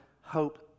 hope